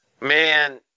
Man